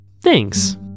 Thanks